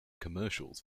commercials